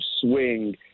swing